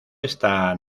esta